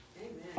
Amen